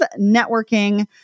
networking